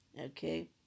Okay